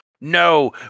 no